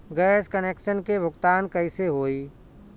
Gas connection के भुगतान कैसे होइ?